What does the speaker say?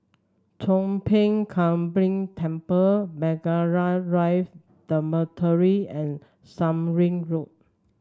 Chong Pang Temple Margaret Rive Dormitory and Surin Road